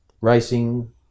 racing